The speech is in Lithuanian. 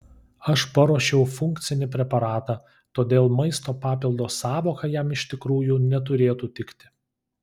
aš paruošiau funkcinį preparatą todėl maisto papildo sąvoka jam iš tikrųjų neturėtų tikti